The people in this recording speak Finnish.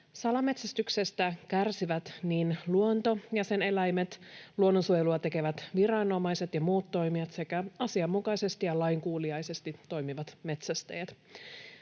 Salametsästyksestä kärsivät niin luonto ja sen eläimet kuin luonnonsuojelua tekevät viranomaiset ja muut toimijat sekä asianmukaisesti ja lainkuuliaisesti toimivat metsästäjät.